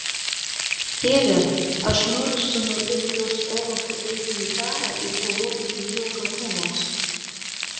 tėve aš noriu su norvegijos olafu eiti į karą ir kovoti dėl jo karūnos